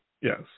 Yes